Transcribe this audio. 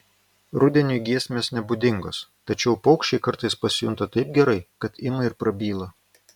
rudeniui giesmės nebūdingos tačiau paukščiai kartais pasijunta taip gerai kad ima ir prabyla